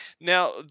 Now